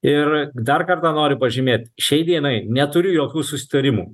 ir dar kartą noriu pažymėt šiai dienai neturiu jokių susitarimų